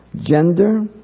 gender